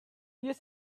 use